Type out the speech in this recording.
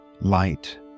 light